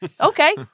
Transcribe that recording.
Okay